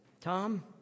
Tom